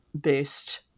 based